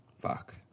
fuck